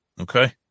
Okay